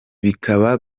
bikaba